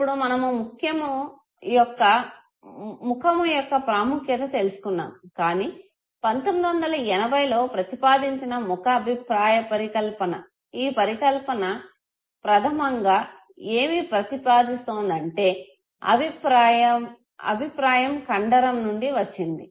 ఇప్పుడు మనము ముఖ్యము యొక్క ప్రాముఖ్యత తెలుసుకున్నాము కానీ 1980లో ప్రతిపాదించిన ముఖ అభిప్రాయ పరికల్పన ఈ పరికల్పన ప్రధమంగా ఏమి ప్రతిపాదిస్తుందంటే అభిప్రాయం కండరం నుండి వచ్చింది